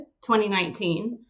2019